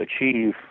achieve